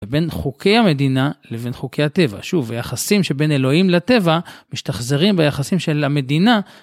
לבין חוקי המדינה לבין חוקי הטבע, שוב היחסים שבין אלוהים לטבע משתחזרים ביחסים של המדינה.